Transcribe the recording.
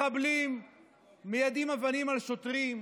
מחבלים מיידים אבנים על שוטרים.